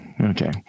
Okay